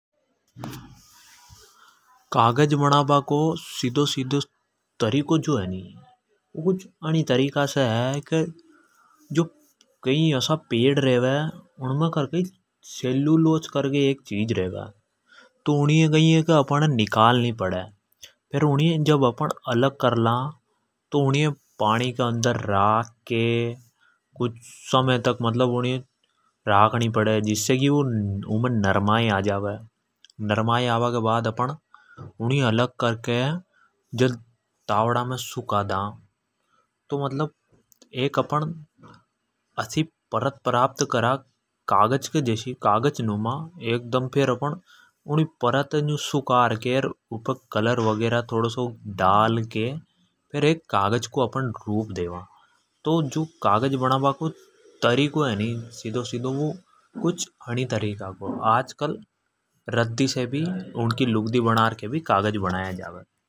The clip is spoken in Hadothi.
कागज बणा बा जो सीदो सीदो तरीको जो है नी कुछ अनि तरीका से है। कई असा पेड़ रेवे उनमे कई सेलुलोज करके एक चिज रेवे। तो उनी ये अपण है निकाल नी पड़े तो उनी य जद अपण अलग करला। तो उणी पानी के अंदर राख के कुछ समय तक उनी रखनी पडे जिसे की उमे नरमाई आ जावे। तो अलग करके तावडा मे सुखा दा तो अपण आ एक एसी परत प्राप्त करा कागज़ के जसि। फेर् उपे कलर तोड़ो यू डाल के कागज़ को वु रूप देवा। तो कागज़ बना बा को जो तरीको है णी वु कुछ अणी तरीका से है आजकल रद्दी से भी उण की लुगदी बनार कागज़ बनावे।